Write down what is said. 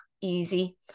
Easy